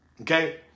okay